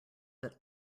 that